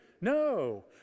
No